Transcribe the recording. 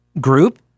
Group